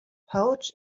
pouch